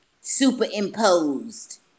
superimposed